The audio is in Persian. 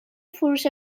فروش